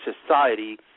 society